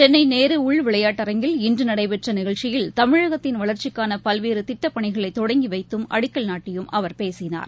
சென்னை நேரு உள்விளையாட்டரங்கில் இன்று நடைபெற்ற நிகழ்ச்சியில் தமிழகத்தின் வளர்ச்சிக்கான பல்வேறு திட்டப் பணிகளை தொடங்கி வைத்தம் அடிக்கல் நாட்டியும் அவர் பேசினார்